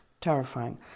terrifying